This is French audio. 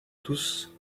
tous